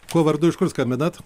kuo vardu iš kur skambinat